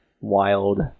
wild